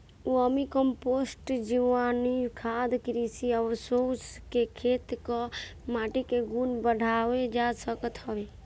vermi compost, जीवाणुखाद, कृषि अवशेष से खेत कअ माटी के गुण बढ़ावल जा सकत हवे